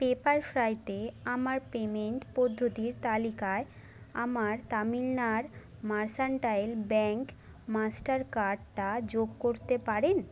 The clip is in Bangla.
পেপার ফ্রাইতে আমার পেমেন্ট পদ্ধতির তালিকায় আমার তামিলনাড় মার্সান্টাইল ব্যাঙ্ক মাস্টার কার্ডটা যোগ করতে পারেন